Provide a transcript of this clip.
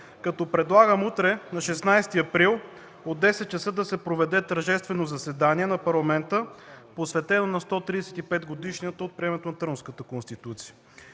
ден. Предлагам утре, 16 април, от 10,00 ч. да се проведе тържествено заседание на Парламента, посветено на 135-годишнината от приемането на Търновската конституция.